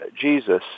Jesus